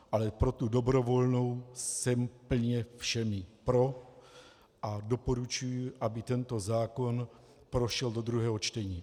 Ale pro tu dobrovolnou jsem plně všemi pro a doporučuji, aby tento zákon prošel do druhého čtení.